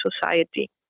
society